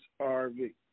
RV